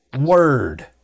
word